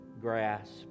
grasp